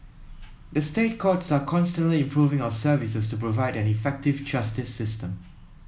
the State Courts are constantly improving our services to provide an effective justice system